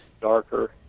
darker